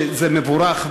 שזה מבורך,